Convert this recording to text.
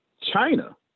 China